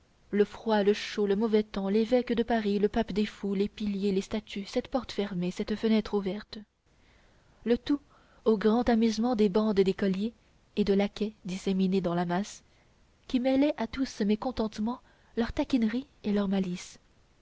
le froid le chaud le mauvais temps l'évêque de paris le pape des fous les piliers les statues cette porte fermée cette fenêtre ouverte le tout au grand amusement des bandes d'écoliers et de laquais disséminées dans la masse qui mêlaient à tout ce mécontentement leurs taquineries et leurs malices